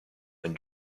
and